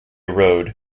road